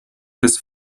bis